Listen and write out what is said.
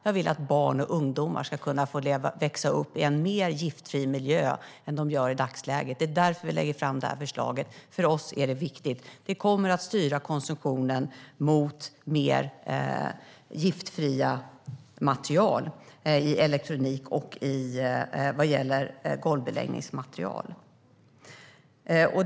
Jag vill att barn och ungdomar ska kunna växa upp i en mer giftfri miljö än i dagsläget. Det är därför vi lägger fram det här förslaget. För oss är det viktigt. Vi kommer att styra konsumtionen mot mer giftfria material i elektronik och golvbeläggningsmaterial.